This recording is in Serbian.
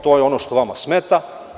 To je ono što vama smeta.